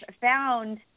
found